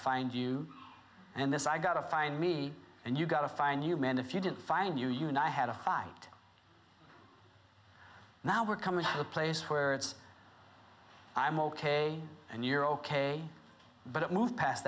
find you and this i gotta find me and you gotta find you man if you didn't find you unite had a fight now we're coming to a place where it's i'm ok and you're ok but it moved past